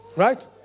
Right